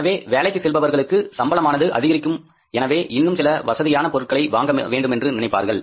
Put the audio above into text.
எனவே வேலைக்கு செல்பவர்களுக்கு சம்பளமானது அதிகரிக்கும் எனவே இன்னும் சில வசதியான பொருட்களை வாங்க வேண்டும் என்று நினைப்பார்கள்